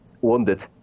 wounded